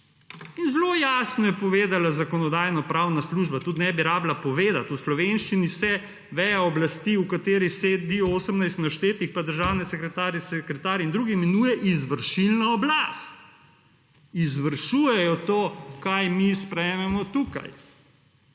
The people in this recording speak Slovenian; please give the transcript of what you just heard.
Zelo jasno je povedala Zakonodajno-pravna služba tudi ne bi rada povedati v slovenščini se veja oblasti, v kateri sedi 18 naštetih pa državni sekretarji in druge imenuje izvršilna oblast. Izvršujejo to kaj mi sprejmemo tukaj.